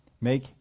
Make